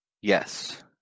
Yes